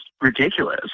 ridiculous